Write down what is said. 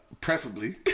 Preferably